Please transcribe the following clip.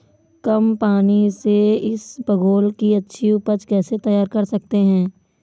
कम पानी से इसबगोल की अच्छी ऊपज कैसे तैयार कर सकते हैं?